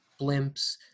blimps